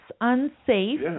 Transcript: unsafe